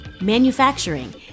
manufacturing